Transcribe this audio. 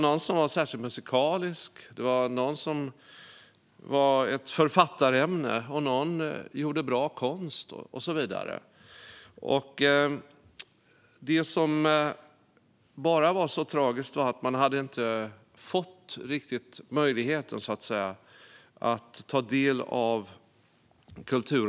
Någon var särskilt musikalisk, någon var ett författarämne, någon gjorde bra konst och så vidare. Det som var tragiskt var att dessa människor inte riktigt hade fått möjlighet att ta del av kulturen.